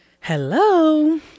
hello